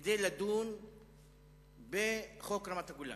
כדי לדון בחוק רמת-הגולן,